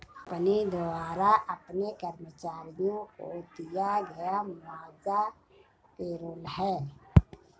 company द्वारा अपने कर्मचारियों को दिया गया मुआवजा पेरोल है